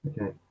Okay